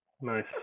nice